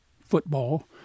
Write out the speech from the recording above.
football